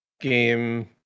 game